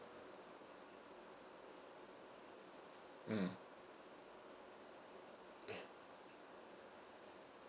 mm